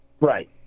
Right